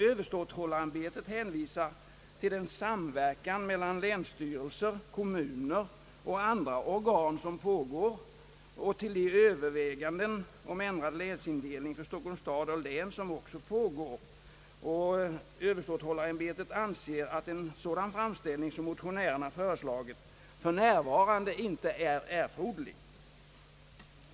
Överståthållarämbetet hänvisar till den samverkan mellan länsstyrelser, kommuner och andra organ som pågår och till de överväganden om ändrad länsindelning för Stockholms stad och län som också pågår. Överståthållarämbetet anser att en sådan framställning som motionärerna föreslagit inte är erforderlig för närvarande.